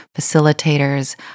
facilitators